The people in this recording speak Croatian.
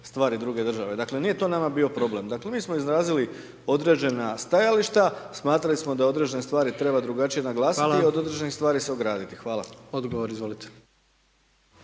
stvari druge države. Dakle, nije to nama bio problem, dakle mi smo izrazili određena stajališta, smatrali smo da određene stvari treba drugačije naglasiti …/Upadica: Hvala./… a od određenih stvari se ograditi. Hvala. **Jandroković,